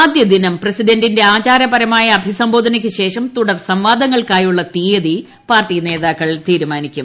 ആദ്യ ദിനം പ്രസിഡന്റിന്റെ ആചാരപരമായ അഭിസ്കുബോധനയ്ക്കുശേഷം തുടർ സംവാദങ്ങൾക്കായുള്ള് തീയതി പാർട്ടി നേതാക്കൾ തീരുമാനിക്കും